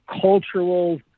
cultural